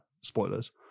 spoilers